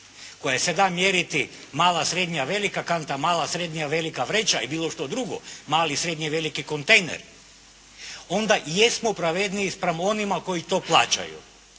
koja se da mjeriti mala, srednja, velika kanta, mala, srednja, velika vreća i bilo što drugo, mali, veliki, srednji kontejner, onda jesmo pravedniji spram onima koji to plaćaju